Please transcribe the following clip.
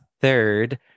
third